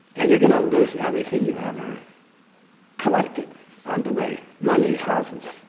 and you're going to lose everything you ever collected on the way money, houses,